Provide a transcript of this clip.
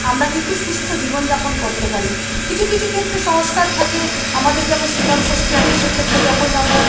আমরা কিন্তু সুস্থ জীবন যাপন করতে পারি কিছু কিছু ক্ষেত্রে সংস্কার থাকে আমাদের যেমন শীতল ষষ্ঠী আছে সেক্ষেত্রে যখন যা আমরা